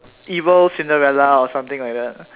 evil Cinderella or something like that